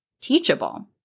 teachable